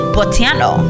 Botiano